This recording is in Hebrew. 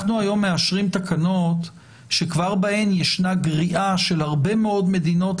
אנחנו היום מאשרים תקנות שכבר בהן ישנה גריעה של הרבה מאוד מדינות,